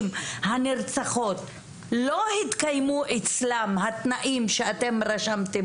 הנרצחות לא התקיימו במקרה שלהן התנאים שאתם רשמתם